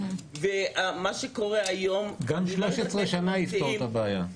ומה שקורה היום --- גם 13 שנה יפתור את הבעיה.